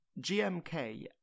gmk